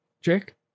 Jake